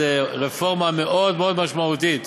זו רפורמה מאוד מאוד משמעותית.